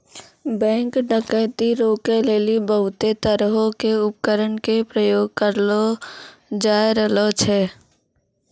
bank डकैती रोकै लेली बहुते तरहो के उपकरण के प्रयोग करलो जाय रहलो छै